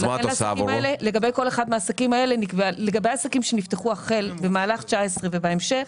לגבי העסקים שנפתחו במהלך 2019 ובהמשך,